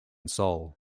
sol